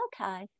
okay